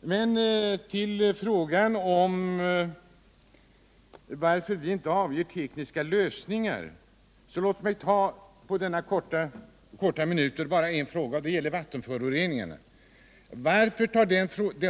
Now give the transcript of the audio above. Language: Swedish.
Låt mig som svar på frågan varför vi inte presenterar tekniska lösningar under dessa korta minuter bara ta upp en sak: vattenföroreningarna. Varför